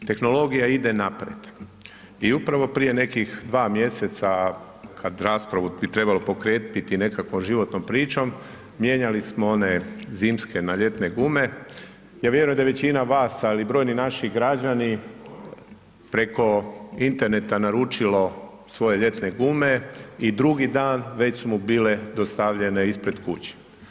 Tehnologija ide naprijed i upravo prije nekih 2 mjeseca kad bi raspravu bi trebalo potkrijepiti nekakvom životnom pričom mijenjali smo ne zimske na ljetne gume, ja vjerujem da i većina vas, ali brojni naši građani preko interneta naručilo svoje ljetne gume i drugi dan već su mu bile dostavljene ispred kuće.